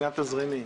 זה תזרימי.